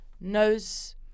knows